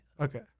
Okay